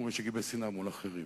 ומי שגיבש שנאה מול אחרים.